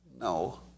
No